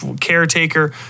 caretaker